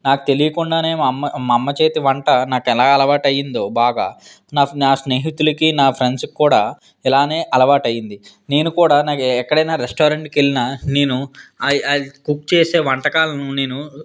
నాకు తెలియకుండా మా అమ్మ మా అమ్మ చేతి వంట నాకు ఎలా అలవాటి అయ్యిందో బాగా నా స్నేహితులకి నా ఫ్రెండ్స్కి కూడా ఇలాగే అలవాటు అయ్యింది నేను కూడా నాకు ఎక్కడైన్నా రెస్టారెంట్లకు వెళ్ళిన నేను అది కుక్ చేసే వంటకాలను నేను